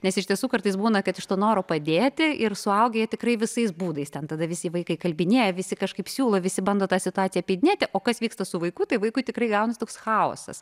nes iš tiesų kartais būna kad iš to noro padėti ir suaugę jie tikrai visais būdais ten tada visi vaikai įkalbinėja visi kažkaip siūlo visi bando tą situaciją apeidinėti o kas vyksta su vaiku tai vaikui tikrai gaunasi toks chaosas